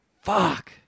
Fuck